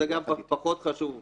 זה פחות חשוב כרגע,